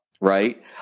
right